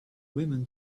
women